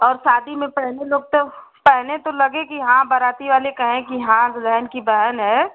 और शादी में पहने लोग तो पहने तो लगे कि हाँ बाराती वाले कहें कि हाँ दुल्हन की बहन है